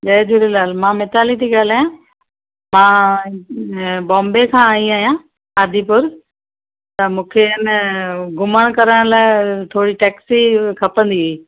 जय झूलेलाल मां मैताली थी ॻाल्हायां मां अ बॉम्बे सां आई आहियां आदिपुर त मूंखे ह न घुमण करण लाइ थोरी टैक्सी खपंदी हुई